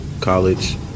college